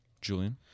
Julian